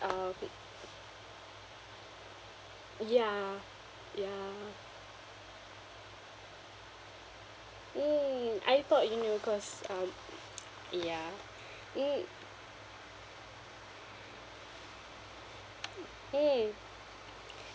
uh wait ya ya mm I thought you know cause um ya mm mm